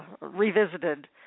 revisited